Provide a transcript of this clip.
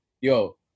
Yo